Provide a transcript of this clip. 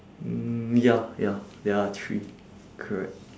mm ya ya there are three correct